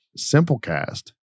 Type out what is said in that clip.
Simplecast